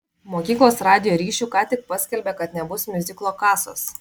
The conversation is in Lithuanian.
mokyklos radijo ryšiu ką tik paskelbė kad nebus miuziklo kasos